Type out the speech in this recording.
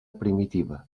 primitiva